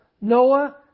Noah